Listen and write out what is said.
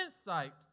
insight